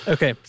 Okay